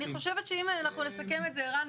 אני חושבת שאם אנחנו נסכם את זה ערן,